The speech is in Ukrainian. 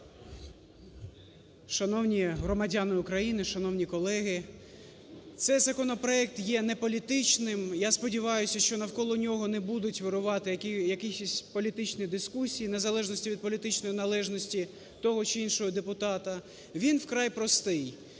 Шановні громадяни України! Шановні колеги! Цей законопроект є не політичним. Я сподіваюся, що навколо нього не будуть вирувати якісь політичні дискусії в незалежності від політичної належності того, чи іншого депутата. Він вкрай простий.